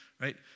right